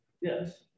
Yes